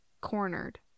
cornered